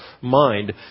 mind